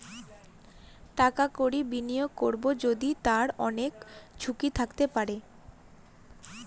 টাকা কড়ি বিনিয়োগ করবো যদিও তার অনেক ঝুঁকি থাকতে পারে